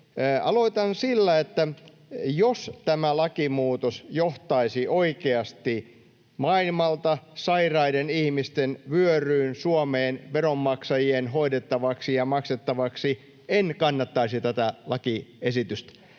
Aloitan sillä, että jos tämä lakimuutos johtaisi oikeasti sairaiden ihmisten vyöryyn maailmalta Suomeen veronmaksajien hoidettavaksi ja maksettavaksi, en kannattaisi tätä lakiesitystä.